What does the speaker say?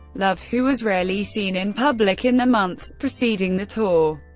love, who was rarely seen in public in the months preceding the tour,